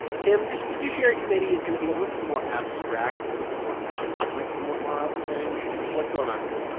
tim, this judiciary committee is going to be a little bit more abstract, a little bit more academic from what mara was saying. what's going on here?